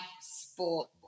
sport